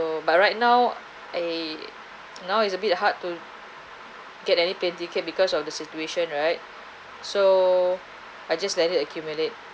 but right now eh now it's a bit hard to get any paid ticket because of the situation right so I just let it accumulate